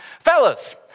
Fellas